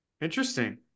interesting